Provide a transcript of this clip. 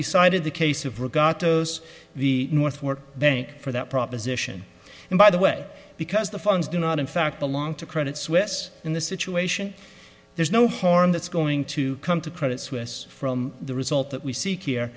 we cited the case of regard to those the north were bank for that proposition and by the way because the funds do not in fact belong to credit suisse in this situation there's no harm that's going to come to credit suisse from the result that we seek here